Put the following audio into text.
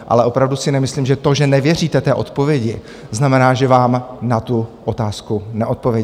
Ale opravdu si nemyslím, že to, že nevěříte té odpovědi, znamená, že vám na tu otázku neodpověděl.